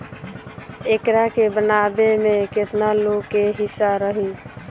एकरा के बनावे में केतना लोग के हिस्सा रही